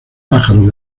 pájaros